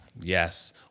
yes